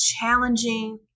challenging